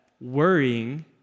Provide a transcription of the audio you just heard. worrying